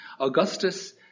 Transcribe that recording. Augustus